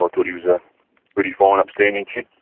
i thought he was a pretty fine, upstanding kid.